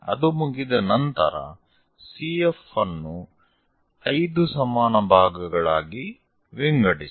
ಅದು ಮುಗಿದ ನಂತರ CF ಅನ್ನು 5 ಸಮಾನ ಭಾಗಗಳಾಗಿ ವಿಂಗಡಿಸಿ